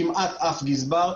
כמעט אף גזבר,